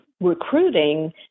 recruiting